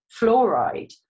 Fluoride